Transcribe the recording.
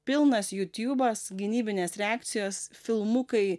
pilnas jutiūbas gynybinės reakcijos filmukai